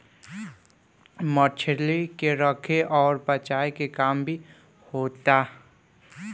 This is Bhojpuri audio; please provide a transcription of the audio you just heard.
मछली के रखे अउर बचाए के काम भी होता